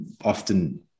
often